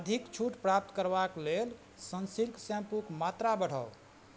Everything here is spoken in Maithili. अधिक छूट प्राप्त करबाक लेल सनसिल्क शैम्पूके मात्रा बढ़ाउ